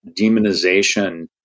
demonization